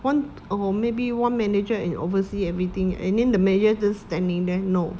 one or maybe one manager and oversee everything and then the manager just standing there no